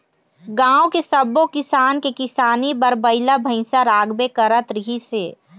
गाँव के सब्बो किसान के किसानी बर बइला भइसा राखबे करत रिहिस हे